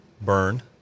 burn